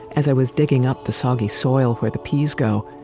as i was digging up the soggy soil where the peas go,